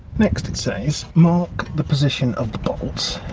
next it says, mark the position of the bolts,